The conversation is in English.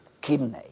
kidney